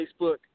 Facebook